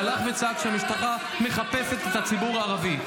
הלך וצעק שהמשטרה מחפשת את הציבור הערבי.